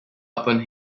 upon